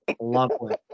lovely